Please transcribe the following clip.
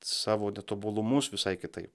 savo netobulumus visai kitaip